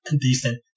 decent